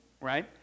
Right